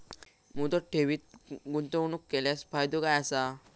मुदत ठेवीत गुंतवणूक केल्यास फायदो काय आसा?